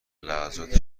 لحظات